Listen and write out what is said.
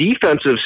defensive